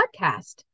podcast